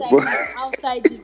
outside